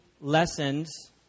lessons